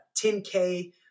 10K